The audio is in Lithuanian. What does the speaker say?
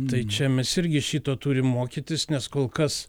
tai čia mes irgi šito turim mokytis nes kol kas